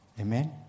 Amen